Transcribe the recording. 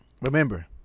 remember